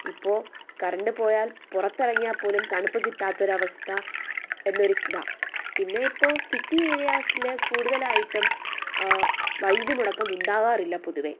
ഇപ്പോൾ കറണ്ട് പോയാൽ പുറത്തിറങ്ങിയാൽപ്പോലും തണുപ്പ് കിട്ടാത്തൊരവസ്ഥ എന്നൊരിതാണ് പിന്നെ ഇപ്പോൾ സിറ്റി ഏരിയാസില് കൂടുതലായിട്ടും വൈദ്യുതി മുടക്കം ഉണ്ടാകാറില്ല പൊതുവെ